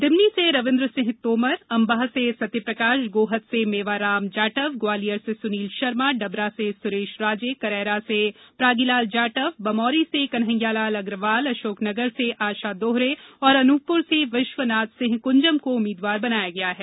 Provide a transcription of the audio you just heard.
दिमनी से रविंद्र सिंह तोमर अम्बाह से सत्यप्रकाश गोहद से मेवाराम जाटव ग्वालियर से सुनील शर्मा डबरा से सुरेश राजे करैरा से प्रागीलाल जाटव बमोरी से कन्हैयालाल अग्रवाल अशोकनगर से आशा दोहरे अनूपपुर से विश्वनाथ सिंह कुंजम को उम्मीदवार बनाया गया है